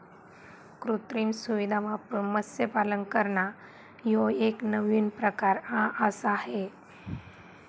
कृत्रिम सुविधां वापरून मत्स्यपालन करना ह्यो एक नवीन प्रकार आआसा हे